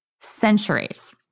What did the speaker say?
centuries